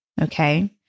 Okay